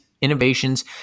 innovations